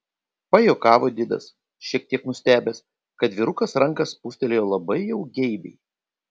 pajuokavo didas šiek tiek nustebęs kad vyrukas ranką spūstelėjo labai jau geibiai